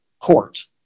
court